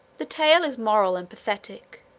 the tale is moral and pathetic,